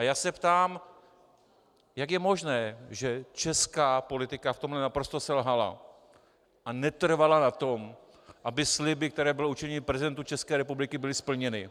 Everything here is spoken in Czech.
Já se ptám, jak je možné, že česká politika v tomhle naprosto selhala a netrvala na tom, aby sliby, které byly učiněny prezidentu České republiky, byly splněny.